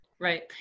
Right